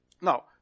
Now